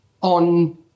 on